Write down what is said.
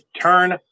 turn